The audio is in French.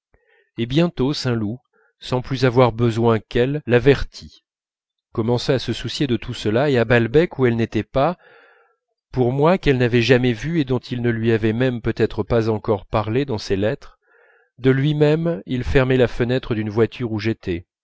et bientôt saint loup sans plus avoir besoin qu'elle l'avertît commença à se soucier de tout cela et à balbec où elle n'était pas pour moi qu'elle n'avait jamais vu et dont il ne lui avait même peut-être pas encore parlé dans ses lettres de lui-même il fermait la fenêtre d'une voiture où j'étais